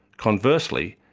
conversely,